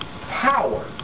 power